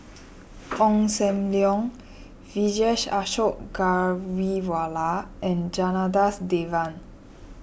Ong Sam Leong Vijesh Ashok Ghariwala and Janadas Devan